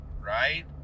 right